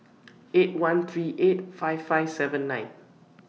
eight one three eight five five seven nine